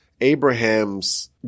Abraham's